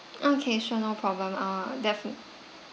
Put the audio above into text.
okay sure no problem uh defi~